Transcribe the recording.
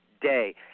day